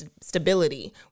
stability